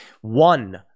One